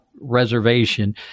reservation